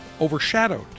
overshadowed